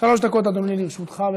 שלוש דקות, אדוני, לרשותך.